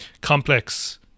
complex